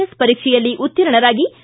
S ಪರೀಕ್ಷೆಯಲ್ಲಿ ಉತ್ತೀರ್ಣರಾಗಿ I